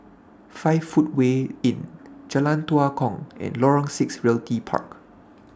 five Footway Inn Jalan Tua Kong and Lorong six Realty Park